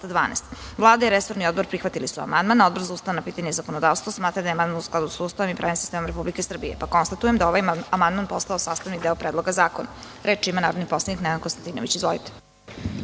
212.Vlada i resorni odbor su prihvatili amandman. Odbor za ustavna pitanja i zakonodavstvo smatra da je amandman u skladu sa Ustavom i pravnim sistemom Republike Srbije. Konstatujem da je ovaj amandman postao sastavni deo Predloga zakona. Reč ima narodni poslanik Nenad Konstantinović.